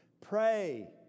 pray